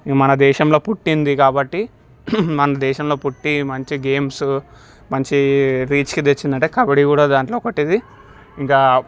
ఇక మన దేశంలో పుట్టింది కాబట్టి మన దేశంలో పుట్టి మంచి గేమ్స్ మంచి రీచ్కి తెచ్చిందంటే కబడ్డీ కూడా దాంట్లో ఒకటిది ఇంకా